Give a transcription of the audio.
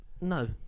No